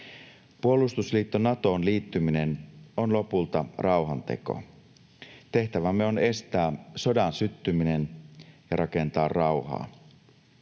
Puolustusliitto Natoon liittyminen on lopulta rauhanteko. Tehtävämme on estää sodan syttyminen ja rakentaa rauhaa.